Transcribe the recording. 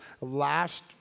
last